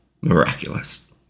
miraculous